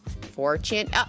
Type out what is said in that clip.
Fortune